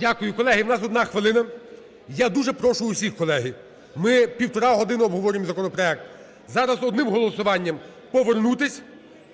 Дякую. Колеги, в нас 1 хвилина. Я дуже прошу усіх, колеги, ми півтори години обговорюємо законопроект, зараз одним голосуванням повернутись